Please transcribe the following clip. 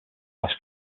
west